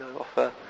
offer